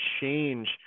change